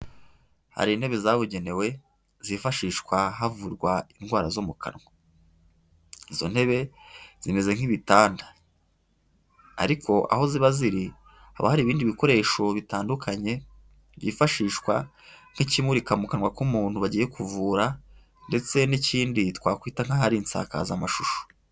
Hari intebe zabugenewe zifashishwa havurwa indwara zo mu kanwa. Izo ntebe zimeze nk'ibitanda. Ariko aho ziba ziri haba hari ibindi bikoresho bitandukanye, byifashishwa nk'ikimurika mu kanwa k'umuntu bagiye kuvura, ndetse n'ikindi twakwita nk'aho ari insakazamashusho.